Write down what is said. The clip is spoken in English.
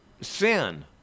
sin